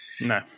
No